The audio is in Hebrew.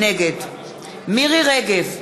נגד מירי רגב,